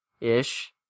ish